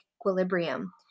equilibrium